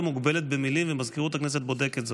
מוגבלת במילים ומזכירות הכנסת בודקת זאת.